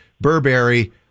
Burberry